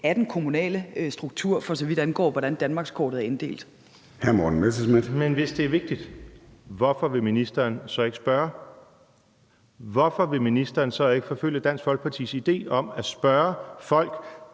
Hr. Morten Messerschmidt. Kl. 13:45 Morten Messerschmidt (DF): Men hvis det er vigtigt, hvorfor vil ministeren så ikke spørge? Hvorfor vil ministeren så ikke forfølge Dansk Folkepartis idé om at spørge folk?